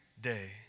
day